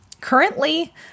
Currently